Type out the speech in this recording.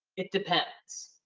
it depends.